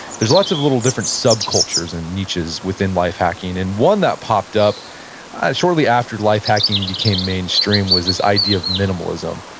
there's lots of little different subcultures and niches within life hacking, and one that popped up shortly after life hacking became mainstream was this idea of minimalism.